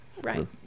Right